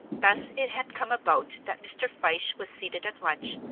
thus it had come about that mr. fyshe was seated at lunch,